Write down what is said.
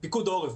פיקוד העורף.